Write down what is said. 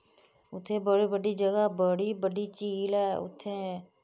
उत्थै बड़ी बड्डी जगह् बड़ी बड्डी झील ऐ